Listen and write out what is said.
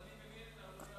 אני מבין, אדוני